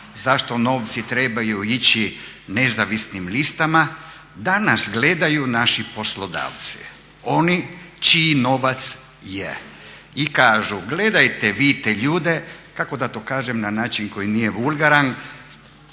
zašto novci trebaju ići nezavisnim listama da nas gledaju naši poslodavci. Oni čiji novac je. I kažu gledajte vi te ljude kako da to kažem na način koji nije vulgaran,